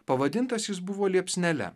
pavadintas jis buvo liepsnele